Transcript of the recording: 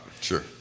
Sure